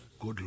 good